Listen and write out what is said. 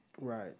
Right